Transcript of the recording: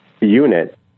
unit